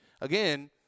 Again